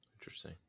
Interesting